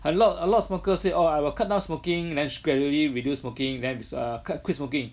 a lot of a lot of smokers say oh I will cut down smoking then just gradually reduce smoking then err quit quit smoking